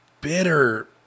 bitter